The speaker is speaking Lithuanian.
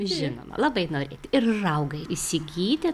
žinoma labai norėti ir raugą įsigyti